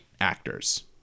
actors